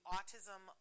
Autism